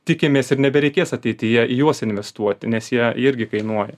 tikimės ir nebereikės ateityje į juos investuoti nes jie irgi kainuoja